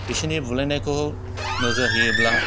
बिसिनि बुलायनायखौ नोजोर होयोब्ला